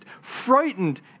frightened